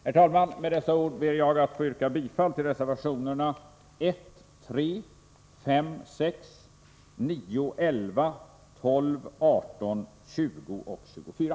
Herr talman! Med dessa ord ber jag att få yrka bifall till reservationerna 1, 3, 5, 6, 9, 11, 12, 18, 20 och 24.